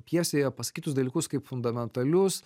pjesėje pasakytus dalykus kaip fundamentalius